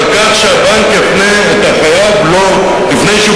על כך שהבנק יפנה את החייב לו לפני שהוא